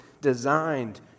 designed